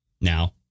now